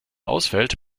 ausfällt